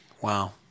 Wow